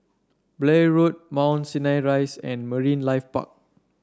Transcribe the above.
Blair Road Mount Sinai Rise and Marine Life Park